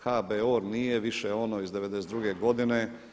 HBOR nije više ono iz '92. godine.